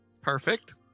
Perfect